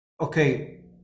Okay